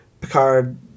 Picard